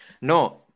No